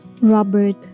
Robert